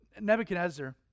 Nebuchadnezzar